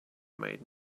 made